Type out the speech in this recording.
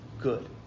good